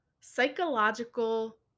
psychological